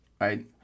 Right